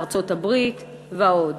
ארצות-הברית ועוד.